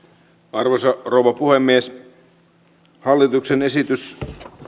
arvoisa rouva puhemies hallituksen esitys